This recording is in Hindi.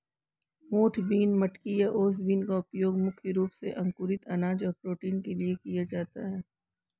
मोठ बीन, मटकी या ओस बीन का उपयोग मुख्य रूप से अंकुरित अनाज और प्रोटीन के लिए किया जाता है